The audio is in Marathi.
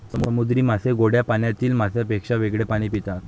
समुद्री मासे गोड्या पाण्यातील माशांपेक्षा वेगळे पाणी पितात